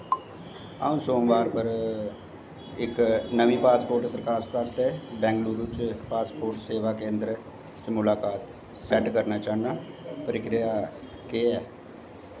अ'ऊं सोमबार पर इक नमीं पासपोर्ट दरखास्त आस्तै बैंगलुरू च पासपोर्ट सेवा केंदर च मुलाकात सैट्ट करना चाह्न्नां प्रक्रिया केह् ऐ